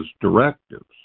directives